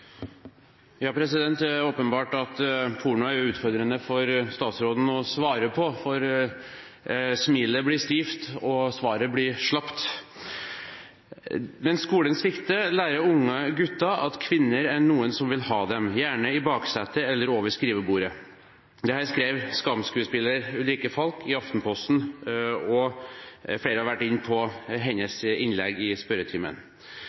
Det er åpenbart at porno er utfordrende for statsråden å svare på, for smilet blir stivt, og svaret blir slapt. «Mens skolen svikter, lærer unge gutter at kvinner er noen som vil ha dem. Gjerne i baksetet eller over skrivebordet.» Dette skrev Skam-skuespiller Ulrikke Falch i Aftenposten, og flere har vært inne på hennes innlegg i spørretimen.